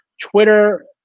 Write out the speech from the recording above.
twitter